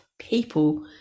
people